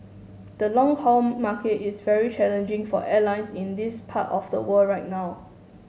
the long haul market is very challenging for airlines in this part of the world right now